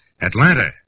Atlanta